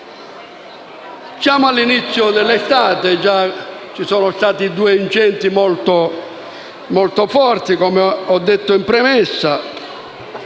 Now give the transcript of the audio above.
Siamo all'inizio dell'estate e già si sono verificati due incendi molto gravi, come ho detto in premessa.